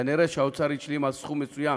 כנראה האוצר השלים עם סכום מסוים,